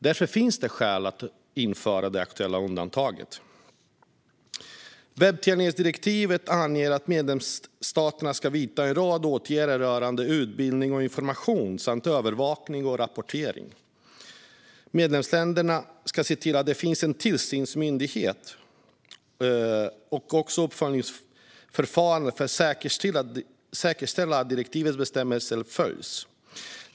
Därför finns det skäl att införa det aktuella undantaget. Webbtillgänglighetsdirektivet anger att medlemsstaterna ska vidta en rad åtgärder rörande utbildning och information samt övervakning och rapportering. Medlemsstaterna ska se till att det finns en tillsynsmyndighet och ett uppföljningsförfarande för att säkerställa att direktivets bestämmelser följs.